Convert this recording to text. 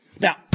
Now